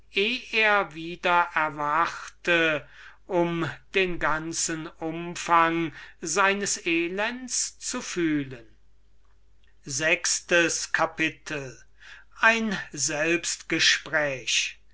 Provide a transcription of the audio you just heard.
er wieder erwachte um den ganzen umfang seines elends zu fühlen zehntes kapitel ein selbstgespräch